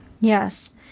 Yes